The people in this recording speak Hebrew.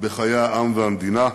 בחיי העם והמדינה,